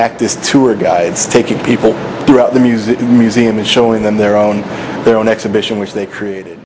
act this tour guides taking people throughout the music museum and showing them their own their own exhibition which they created